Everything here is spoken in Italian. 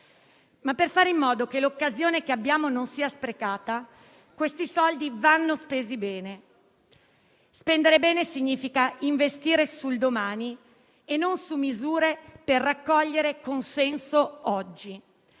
Per fare in modo che l'occasione che abbiamo non sia sprecata, questi soldi vanno spesi bene. Spendere bene significa investire sul domani e non su misure per raccogliere consenso oggi;